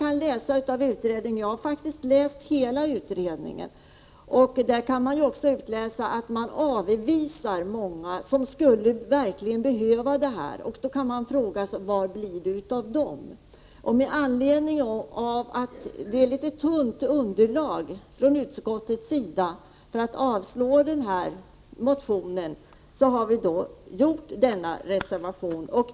Jag har faktiskt läst hela utredningen, där det redovisas att man faktiskt avvisar många som verkligen skulle behöva hjälp. Man kan då fråga sig vad det blir av dessa ungdomar. Med anledning av att utskottet har ett tunt underlag för att avslå motionen har vi reserverat oss.